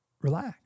relax